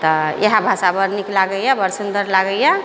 तऽ इएह भाषा बड़ नीक लागैए बड़ सुन्दर लागैए